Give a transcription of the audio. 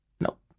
Nope